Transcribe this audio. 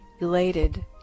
elated